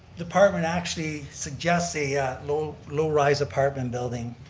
department actually suggests a low low rise apartment building.